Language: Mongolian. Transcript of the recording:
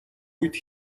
үед